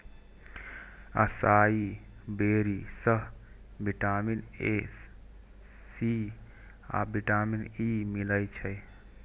असाई berry सं vitamin A, C आ vitamin E मिलै छै